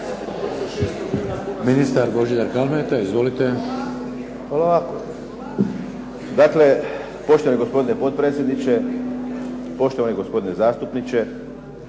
Ministar Božidar Kalmeta. Izvolite. **Kalmeta, Božidar (HDZ)** Poštovani gospodine potpredsjedniče, poštovani gospodine zastupniče,